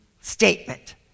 statement